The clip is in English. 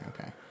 Okay